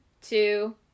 two